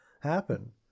happen